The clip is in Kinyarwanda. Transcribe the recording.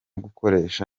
gukoresha